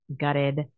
gutted